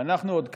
ואנחנו עוד כאן,